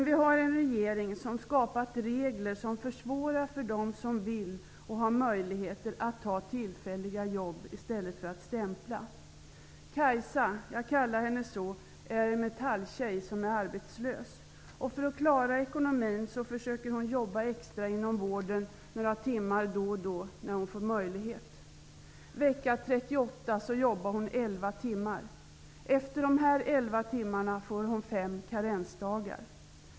Vi har en regering som har skapat regler som försvårar för dem som vill och har möjlighet att ta tillfälliga jobb i stället för att stämpla. Kajsa -- jag kallar henne så -- är en Metalltjej som är arbetslös. För att klara ekonomin försöker hon jobba extra inom vården några timmar då och då, när hon får möjlighet. Vecka 38 jobbade hon elva timmar. Efter dessa elva timmar får hon fem karensdagar.